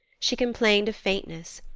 she complained of faintness.